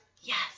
yes